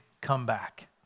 comeback